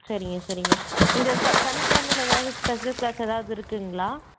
சரிங்க சரிங்க இந்த ச சனிக்கெழமையில ஏதாவுது ஸ்பெஷல் கிளாஸ் ஏதாவுது இருக்குதுங்களா